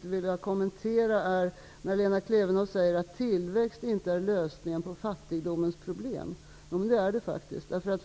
vill kommentera är när Lena Klevenås säger att tillväxt inte är lösningen på fattigdomens problem. Jo, det är den faktiskt.